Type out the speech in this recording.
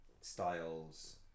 styles